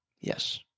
Yes